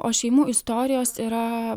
o šeimų istorijos yra